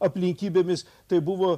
aplinkybėmis tai buvo